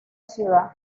ciudad